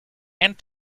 and